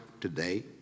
today